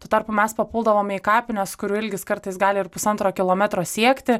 tuo tarpu mes papuldavome į kapines kurių ilgis kartais gali ir pusantro kilometro siekti